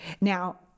Now